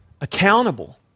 accountable